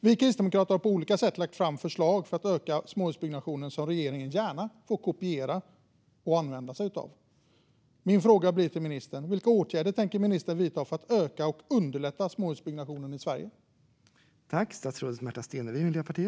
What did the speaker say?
Vi kristdemokrater har på olika sätt lagt fram förslag för att öka småhusbyggnationen, förslag som regeringen gärna får kopiera och använda sig av. Min fråga till ministern är vilka åtgärder ministern tänker vidta för att öka och underlätta småhusbyggnationen i Sverige.